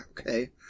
okay